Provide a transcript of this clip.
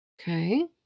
Okay